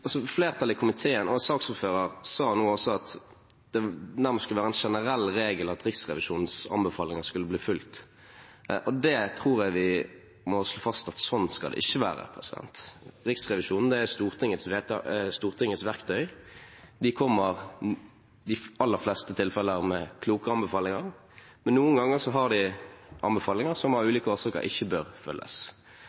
flertallet i komiteen – og saksordføreren nå også – har sagt at det nærmest skulle være en generell regel at Riksrevisjonens anbefalinger ble fulgt. Jeg tror vi må slå fast at sånn skal det ikke være. Riksrevisjonen er Stortingets verktøy. De kommer i de aller fleste tilfeller med kloke anbefalinger, men noen ganger har de anbefalinger som av